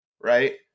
right